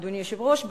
אדוני היושב-ראש,